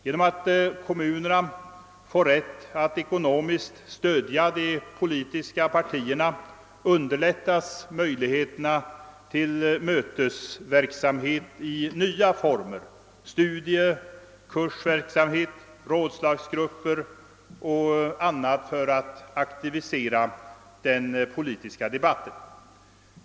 Genom att kommunerna får rätt att ekonomiskt stödja de politiska partierna underlättas möjligheterna till mötesverksamhet i nya former, studieoch kursverksamhet, rådslagsgrupper och annat för att aktivera den politiska debatten.